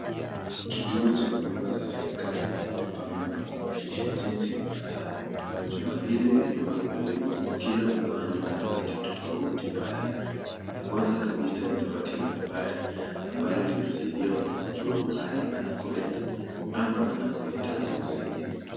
Kituo cha huduma za serikali limepangwa na kung'arishwa jinsi ipasavyo , chumba hili limewekwa lebo kwa kila mgawanyo wa dawati tofauti pale, ya kwanza kabisa ni dawati la habari ambalo linasaidia mtu kujua anakoenda ama anakoitaji usaidizi.